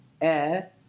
air